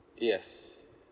yes